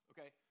Okay